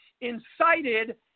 incited